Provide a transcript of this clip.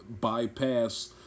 bypass